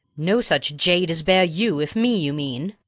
no such jade as bear you, if me you mean.